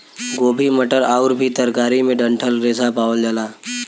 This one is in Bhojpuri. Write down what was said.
गोभी मटर आउर भी तरकारी में डंठल रेशा पावल जाला